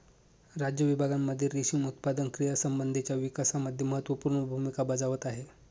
राज्य विभागांमध्ये रेशीम उत्पादन क्रियांसंबंधीच्या विकासामध्ये महत्त्वपूर्ण भूमिका बजावत आहे